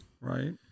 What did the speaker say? Right